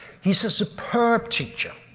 he's a superb teacher.